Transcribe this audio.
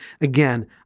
again